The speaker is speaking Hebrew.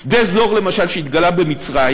שדה Zohr, למשל, שהתגלה במצרים,